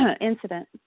incident